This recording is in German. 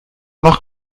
noch